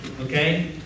Okay